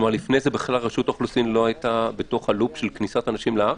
לפני זה רשות האוכלוסין לא היתה בלופ של כניסת אנשים לארץ?